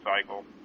cycle